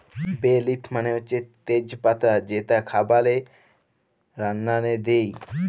বে লিফ মালে হছে তেজ পাতা যেট খাবারে রাল্লাল্লে দিই